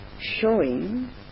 showing